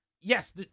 Yes